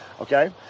okay